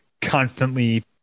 constantly